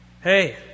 hey